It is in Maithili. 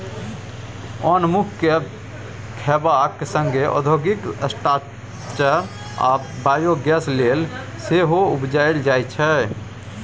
ओन मनुख केँ खेबाक संगे औद्योगिक स्टार्च आ बायोगैस लेल सेहो उपजाएल जाइ छै